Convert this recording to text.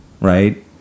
Right